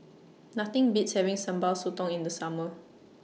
Nothing Beats having Sambal Sotong in The Summer